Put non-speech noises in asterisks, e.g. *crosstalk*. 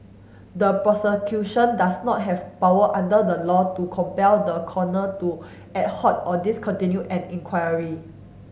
the Prosecution does not have power under the law to compel the Coroner to *unintelligible* or discontinue an inquiry